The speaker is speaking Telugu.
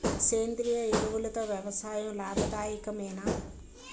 సేంద్రీయ ఎరువులతో వ్యవసాయం లాభదాయకమేనా?